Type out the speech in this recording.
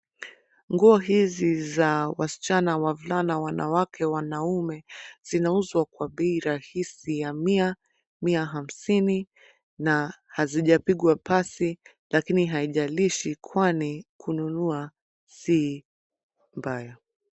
Nguo hizi za wasichana, wavulana, wanawake, wanaume zinauzwa kwa bei rahisi ya mia, mia hamsini. Na hazijapigwa pasi, lakini haijalishi kwani kununua si mbaya.